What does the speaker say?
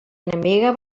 enemiga